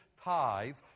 tithe